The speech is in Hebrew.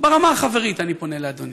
ברמה החברית אני פונה לאדוני: